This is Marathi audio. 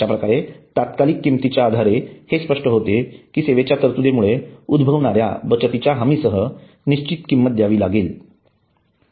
अशा प्रकारे तात्कालिक किमतीच्या आधारे हे स्पष्ट होते की सेवेच्या तरतुदीमुळे उद्भवणाऱ्या बचतीच्या हमीसह निश्चित किंमत द्यावी लागते